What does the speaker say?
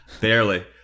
Barely